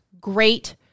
great